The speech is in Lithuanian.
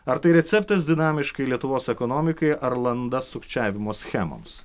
ar tai receptas dinamiškai lietuvos ekonomikai ar landa sukčiavimo schemoms